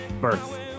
birth